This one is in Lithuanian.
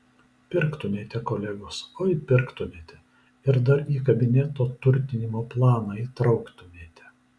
pirktumėte kolegos oi pirktumėte ir dar į kabineto turtinimo planą įtrauktumėte